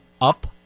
up